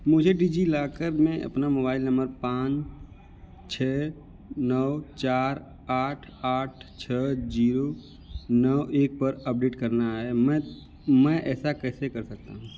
मुझे डिजिलॉकर में अपना मोबाइल नम्बर पाँच छः नौ चार आठ आठ छः जीरो नौ एक पर अपडेट करना है मैं मैं ऐसा कैसे कर सकता हूँ